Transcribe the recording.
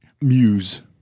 Muse